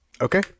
Okay